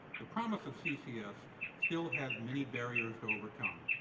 the promise of ccs still has many barriers to overcome.